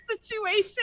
situation